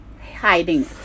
hiding